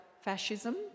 fascism